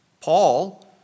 Paul